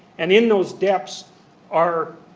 and in those depths are